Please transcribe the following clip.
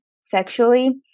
sexually